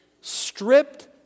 stripped